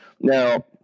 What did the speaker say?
Now